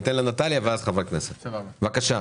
בבקשה.